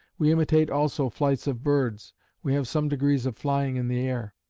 we imitate also flights of birds we have some degrees of flying in the air.